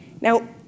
Now